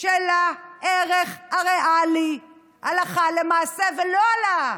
של הערך הריאלי הלכה למעשה ולא העלאה.